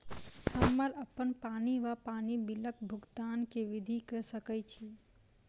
हम्मर अप्पन पानि वा पानि बिलक भुगतान केँ विधि कऽ सकय छी?